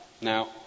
Now